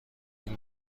این